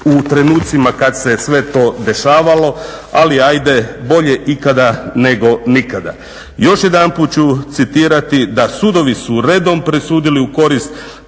u trenucima kada se sve to dešavalo, ali ajde bolje ikada nego nikada. Još jedanput ću citirati da "Sudovi su redom presudili u korist